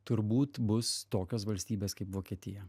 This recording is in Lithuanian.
turbūt bus tokios valstybės kaip vokietija